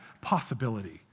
possibility